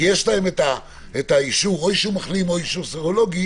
כי יש להם אישור מחלים או אישור סרולוגי